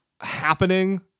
happening